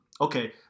Okay